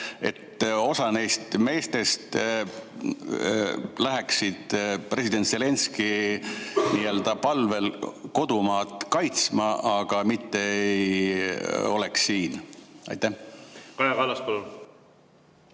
osa neist meestest läheks president Zelenskõi palvel kodumaad kaitsma, aga mitte ei oleks siin? Hea